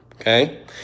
okay